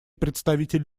представитель